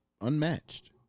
unmatched